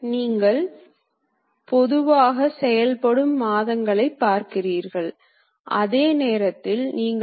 எனவே மிக அதிக சுமைக்கு எதிராக மிகத் துல்லியமான இயக்கங்களை உருவாக்குவதே நமது எண்ணம்